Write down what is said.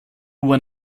when